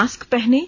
mask पहनें